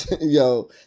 Yo